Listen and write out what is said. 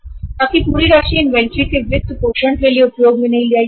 आपकी पूरी राशि इन्वेंटरी के फंड के लिए उपयोग नहीं की जा सकती है